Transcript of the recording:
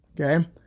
okay